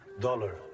dollar